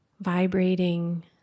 vibrating